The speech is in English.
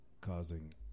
causing